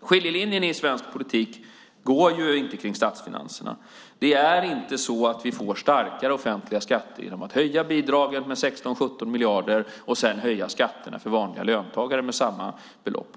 Skiljelinjen i svensk politik finns inte i statsfinanserna. Det är inte så att vi får starkare offentliga skatter genom att höja bidragen med 16-17 miljarder och sedan höja skatterna för vanliga löntagare med samma belopp.